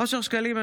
אושר שקלים,